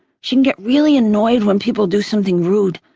she can get really annoyed when people do something rude.